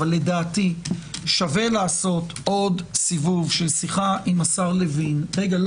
אבל לדעתי שווה לעשות עוד סיבוב של שיחה עם השר לוין רגע,